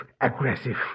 aggressive